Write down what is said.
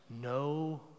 no